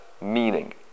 meaning